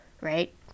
right